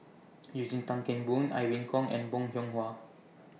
Eugene Tan Kheng Boon Irene Khong and Bong Hiong Hwa